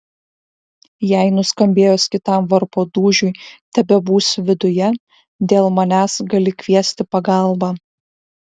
jei nuskambėjus kitam varpo dūžiui tebebūsiu viduje dėl manęs gali kviesti pagalbą